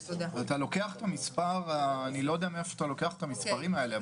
אני לא יודע מאיפה אתה לוקח את המספרים האלה,